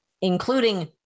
including